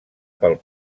pel